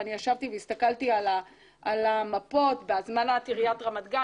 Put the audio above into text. ואני ישבתי והסתכלתי על המפות בהזמנת עיריית רמת גן.